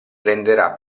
renderà